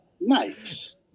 Nice